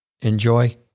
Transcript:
Enjoy